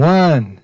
one